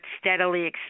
steadily